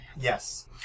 Yes